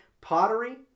pottery